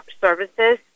services